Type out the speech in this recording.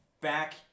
back